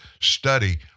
study